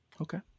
Okay